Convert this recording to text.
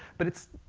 but it's.